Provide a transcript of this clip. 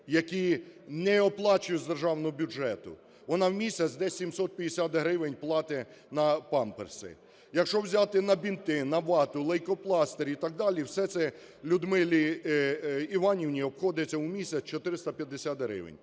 які не оплачують з державного бюджету, вона в місяць десь 750 гривень платить на памперси. Якщо взяти на бинти, на вату, лейкопластирі і так далі – все це Людмилі Іванівні обходиться у місяць 450 гривень.